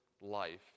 life